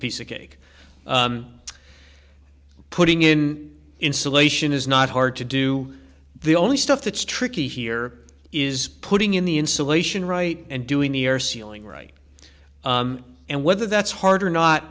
piece of cake putting in insulation is not hard to do the only stuff that's tricky here is putting in the insulation right and doing the air sealing right and whether that's harder not